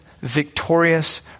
victorious